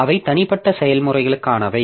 அவை தனிப்பட்ட செயல்முறைகளுக்கானவை